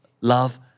Love